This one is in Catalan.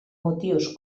motius